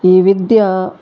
ఈ విద్య